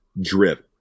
drip